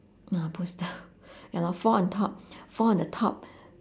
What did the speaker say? uh poster ya lor four on top four on the top